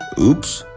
oops!